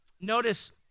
Notice